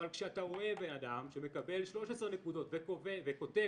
אבל כשאתה רואה בן-אדם שמקבל 13 נקודות וכותב